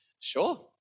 sure